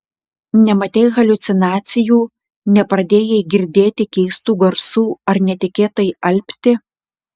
nematei haliucinacijų nepradėjai girdėti keistų garsų ar netikėtai alpti